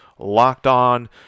LOCKEDON